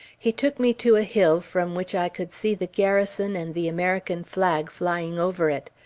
he took me to a hill from which i could see the garrison, and the american flag flying over it.